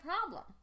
problem